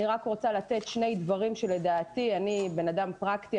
אני בן אדם פרקטי,